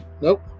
Nope